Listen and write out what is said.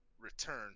return